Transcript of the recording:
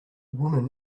woman